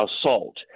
assault